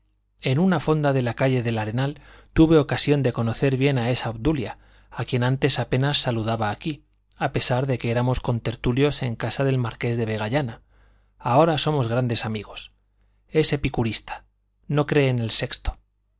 en una fonda de la calle del arenal tuve ocasión de conocer bien a esa obdulia a quien antes apenas saludaba aquí a pesar de que éramos contertulios en casa del marqués de vegallana ahora somos grandes amigos es epicurista no cree en el sexto